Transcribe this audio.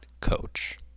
coach